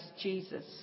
Jesus